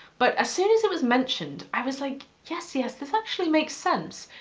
but as soon as it was mentioned, i was like, yes yes. this actually makes sense.